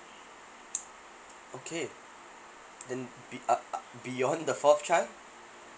okay then b~ uh uh beyond the fourth child